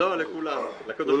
לא, לכולם.